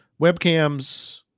Webcams